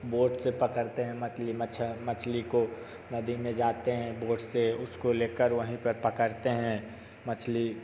boat से पकड़ते हैं मछली मच्छर मछली को नदी में जाते हैं बोट से उसको लेकर वहीं पर पकड़ते हैं मछली